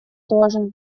тоже